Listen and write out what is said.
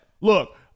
Look